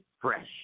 fresh